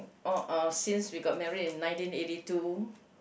oh uh since we got married in nineteen eighty two